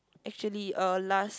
actually uh last